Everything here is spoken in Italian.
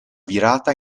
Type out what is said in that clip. virata